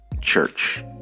church